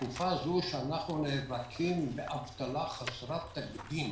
בתקופה זו, שאנחנו נאבקים באבטלה חסרת תקדים,